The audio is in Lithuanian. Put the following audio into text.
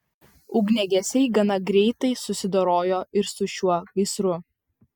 ugniagesiai gana greitai susidorojo ir su šiuo gaisru